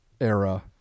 era